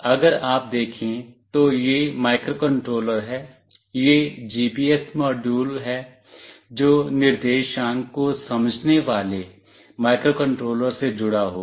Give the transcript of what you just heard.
अगर आप देखें तो यह माइक्रोकंट्रोलर है यह जीपीएस मॉड्यूल है जो निर्देशांक को समझने वाले माइक्रोकंट्रोलर से जुड़ा होगा